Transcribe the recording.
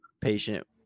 patient